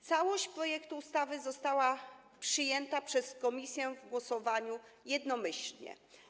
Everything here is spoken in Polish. Całość projektu ustawy została przyjęta przez komisję w głosowaniu jednomyślnie.